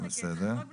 אני